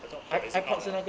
I thought phased out liao